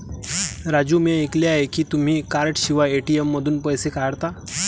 राजू मी ऐकले आहे की तुम्ही कार्डशिवाय ए.टी.एम मधून पैसे काढता